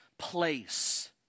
place